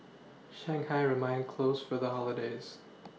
Shanghai remained closed for the holidays